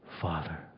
Father